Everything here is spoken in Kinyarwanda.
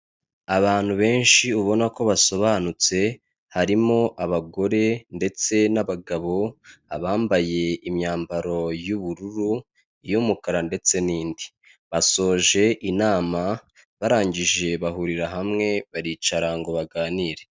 Abantu benshi ubona ko basobanutse harimo abagore ndetse n'abagabo abambaye imyambaro y'ubururu, iy'umukara ndetse n'indi, basoje inama barangije bahurira hamwe baricara ngo baganire.